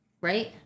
right